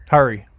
Hurry